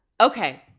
Okay